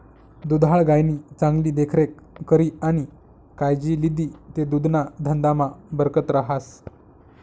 दुधाळ गायनी चांगली देखरेख करी आणि कायजी लिदी ते दुधना धंदामा बरकत रहास